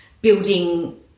building